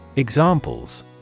Examples